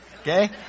Okay